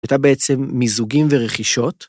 הייתה בעצם מיזוגים ורכישות